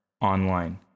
Online